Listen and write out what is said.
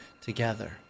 together